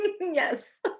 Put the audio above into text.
yes